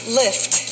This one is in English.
lift